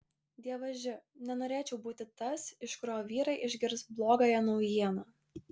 dievaži nenorėčiau būti tas iš kurio vyrai išgirs blogąją naujieną